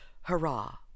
Hurrah